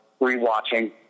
rewatching